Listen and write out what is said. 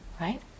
Right